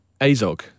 Azog